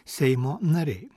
seimo nariai